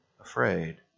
afraid